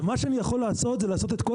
מה שאני יכול לעשות זה לעשות את כל